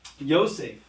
Yosef